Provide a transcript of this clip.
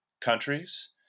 countries